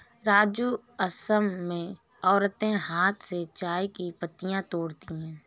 राजू असम में औरतें हाथ से चाय की पत्तियां तोड़ती है